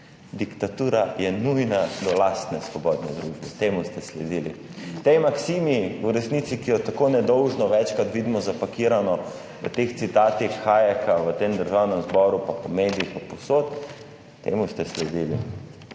Diktatura je nujna do lastne svobodne družbe, temu ste sledili. Tej maksimi v resnici, ki jo tako nedolžno večkrat vidimo zapakirano v teh citatih Hayeka v Državnem zboru pa po medijih pa povsod, temu ste sledili.